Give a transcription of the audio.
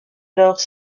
alors